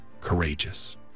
courageous